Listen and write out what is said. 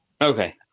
Okay